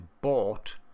bought